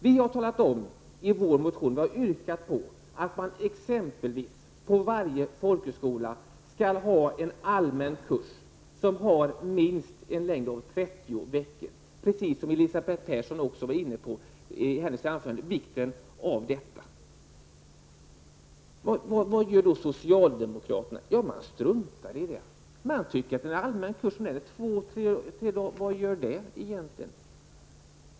Vi har i vår motion yrkat på att man exempelvis på varje folkhögskola skall ha en allmän kurs som har en längd om minst 30 veckor. Elisabeth Persson var i sitt anförande också inne på vikten av det. Vad gör då socialdemokraterna? Jo, man struntar i det! Om en allmän kurs varar två tre dagar -- vad gör egentligen det, tycker man.